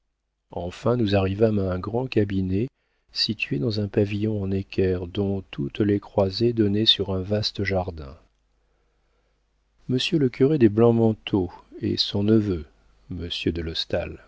enfin nous arrivâmes à un grand cabinet situé dans un pavillon en équerre dont toutes les croisées donnaient sur un vaste jardin monsieur le curé des blancs-manteaux et son neveu monsieur de